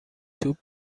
توپ